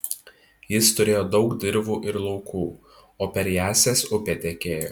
jis turėjo daug dirvų ir laukų o per jąsias upė tekėjo